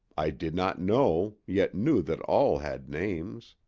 i did not know, yet knew that all had names.